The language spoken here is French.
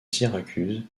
syracuse